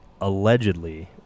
allegedly